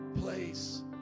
place